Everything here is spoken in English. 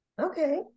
okay